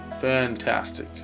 fantastic